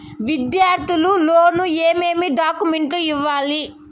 విద్యార్థులు లోను ఏమేమి డాక్యుమెంట్లు ఇవ్వాలి?